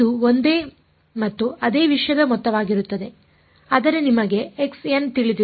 ಇದು ಒಂದೇ ಮತ್ತು ಅದೇ ವಿಷಯದ ಮೊತ್ತವಾಗಿರುತ್ತದೆ ಆದರೆ ನಿಮಗೆ ತಿಳಿದಿದೆ